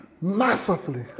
Massively